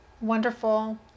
Wonderful